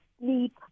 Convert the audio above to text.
sleep